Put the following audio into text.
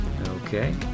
Okay